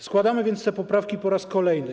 Składamy więc te poprawki po raz kolejny.